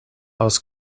aus